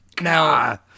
Now